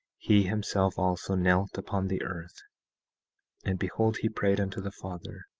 he himself also knelt upon the earth and behold he prayed unto the father,